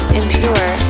impure